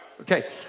Okay